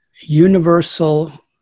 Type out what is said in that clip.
universal